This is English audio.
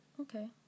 Okay